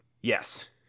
yes